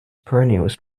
perennials